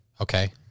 Okay